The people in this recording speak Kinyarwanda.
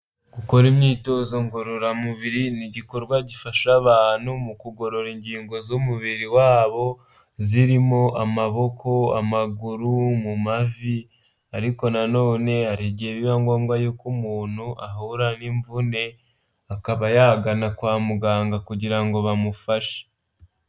Gukora imyitozo ngororamubiri ni igikorwa gifasha abantu mu kugorora ingingo z'umubiri wabo zirimo amaboko, amaguru, mu mavi ariko na none hari igihe biba ngombwa yuko umuntu ahura n'imvune, akaba yagana kwa muganga kugira ngo bamufashe.